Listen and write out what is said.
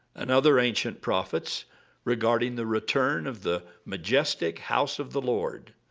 and other ancient prophets regarding the return of the majestic house of the lord.